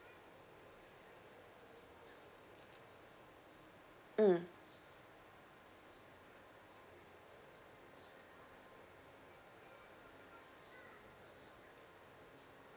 mm